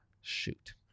Shoot